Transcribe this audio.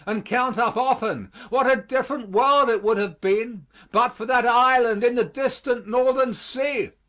and count up often, what a different world it would have been but for that island in the distant northern sea!